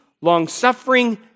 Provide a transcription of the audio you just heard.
long-suffering